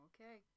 Okay